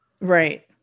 right